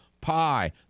pie